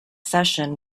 session